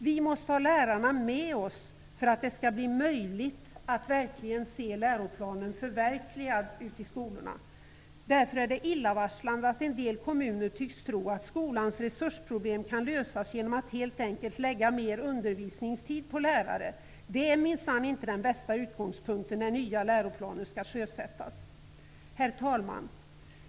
Vi måste ha lärarna med oss för att det skall bli möjligt att förverkliga läroplanen i skolorna. Därför är det illavarslande att en del kommuner tycks tro att skolans resursproblem kan lösas genom att lägga mer undervisningstid på lärarna. Det är minsann inte den bästa utgångspunkten när den nya läroplanen skall sjösättas. Herr talman!